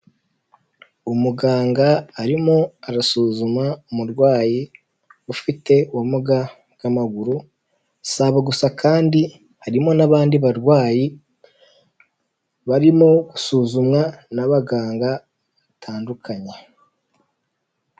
Umuganga arimo arasuzuma umurwayi, ufite ubumuga bw'amaguru saba gusa kandi harimo n'abandi barwayi barimo gusuzumwa n'abaganga batandukanye.